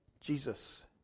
Jesus